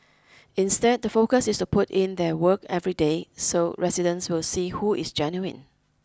instead the focus is to put in their work every day so residents will see who is genuine